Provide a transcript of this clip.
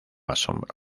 asombro